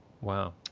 Wow